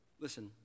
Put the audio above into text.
Listen